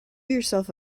yourself